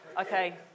Okay